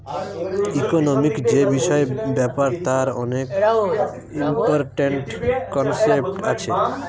economic যে বিষয় ব্যাপার তার অনেক ইম্পরট্যান্ট কনসেপ্ট আছে